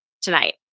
tonight